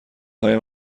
های